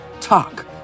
talk